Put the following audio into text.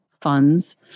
funds